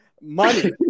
money